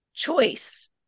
choice